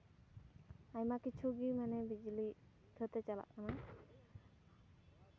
ᱟᱭᱢᱟ ᱠᱤᱪᱷᱩ ᱜᱮ ᱢᱟᱱᱮ ᱵᱤᱡᱽᱞᱤ ᱠᱷᱟᱹᱛᱤᱨ ᱛᱮ ᱪᱟᱞᱟᱜ ᱠᱟᱱᱟ